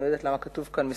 זה לגבי העניין הזה.